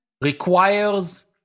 requires